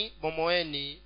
bomoeni